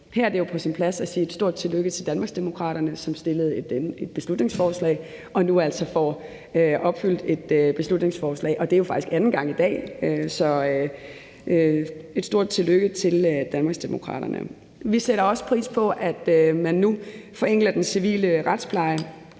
Her er det jo på sin plads at sige et stort tillykke til Danmarksdemokraterne, som fremsatte et beslutningsforslag og nu altså får opfyldt ønsket fra beslutningsforslaget, og det er faktisk anden gang i dag. Så et stort tillykke til Danmarksdemokraterne. Vi sætter også pris på, at man nu forenkler den civile retspleje,